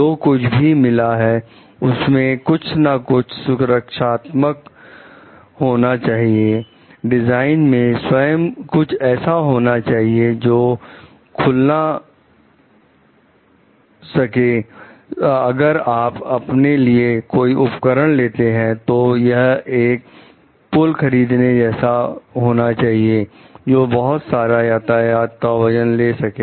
जो कुछ भी मिला है उसमें कुछ ना कुछ सुरक्षात्मक ताला होना चाहिए डिजाइन में स्वयं कुछ ऐसा होना चाहिए जो खुलना सके अगर आप अपने लिए कोई उपकरण लेते हैं तो यह एक पुल खरीदने जैसा होना चाहिए जो बहुत सारा यातायात का वजन ले सके